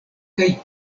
kaj